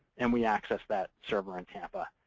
and we access that server in tampa.